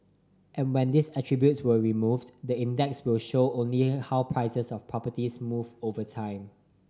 and when these attributes are removed the index will show only how prices of properties move over time